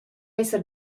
esser